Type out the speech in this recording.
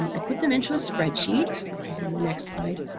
um i put them into a spreadsheet, which is on the next slide.